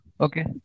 Okay